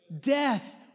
Death